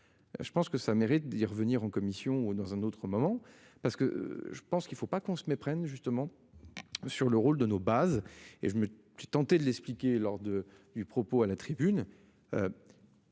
Je pense que ça mérite d'y revenir en commission ou dans un autre moment parce que je pense qu'il faut pas qu'on se méprenne justement. Sur le rôle de nos bases et je me suis tenté de l'expliquer lors de du propos à la tribune.